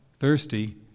thirsty